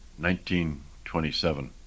1927